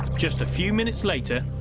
just a few minutes later.